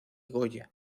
goya